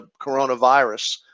coronavirus